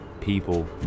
people